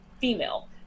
female